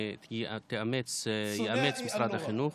שיאמץ משרד החינוך,